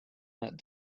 that